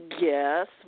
yes